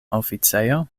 oficejo